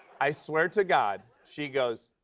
i swear to god, she goes,